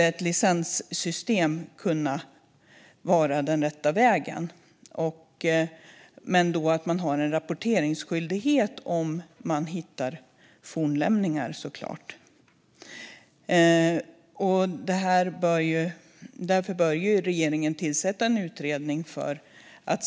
Ett licenssystem skulle kunna vara den rätta vägen. Men man har såklart en rapporteringsskyldighet om man hittar fornlämningar. Regeringen bör tillsätta en utredning för att